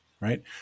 right